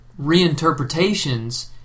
reinterpretations